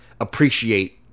appreciate